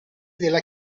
della